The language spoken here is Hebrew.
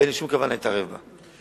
ואין לי שום כוונה להתערב בה.